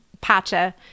Pacha